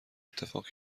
اتفاق